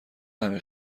عمیق